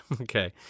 okay